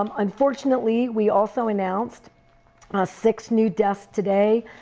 um unfortunately we also announced six new deaths today,